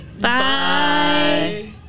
Bye